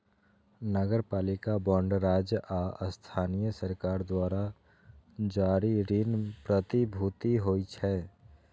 नगरपालिका बांड राज्य आ स्थानीय सरकार द्वारा जारी ऋण प्रतिभूति होइ छै